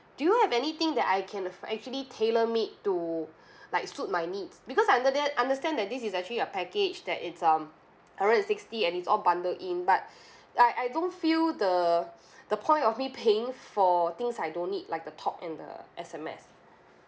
do you have anything that I can affo~ actually tailor made to like suit my needs because understand understand that this is actually a package that is um hundred and sixty and is all bundled in but l I don't feel the the point of me paying for things I don't need like the talk and the S_M_S